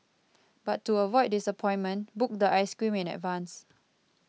but to avoid disappointment book the ice cream in advance